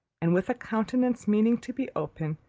and with a countenance meaning to be open,